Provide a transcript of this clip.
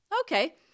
Okay